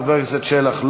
חבר הכנסת שלח,